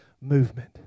movement